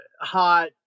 hot